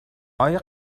آیا